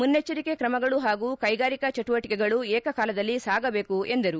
ಮುನ್ನೆಜ್ವರಿಕೆ ಕ್ರಮಗಳು ಹಾಗೂ ಕೈಗಾರಿಕಾ ಚಟುವಟಿಕೆಗಳು ಏಕಕಾಲದಲ್ಲಿ ಸಾಗಬೇಕು ಎಂದರು